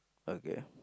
okay